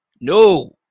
No